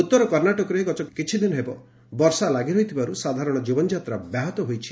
ଉତର କର୍ଣ୍ଣାଟକରେ ଗତକିଛିଦିନ ହେବ ବର୍ଷା ଲାଗିରହିଥିବାରୁ ସାଧାରଣ ଜୀବନଯାତ୍ରା ବ୍ୟାହତ ହୋଇଛି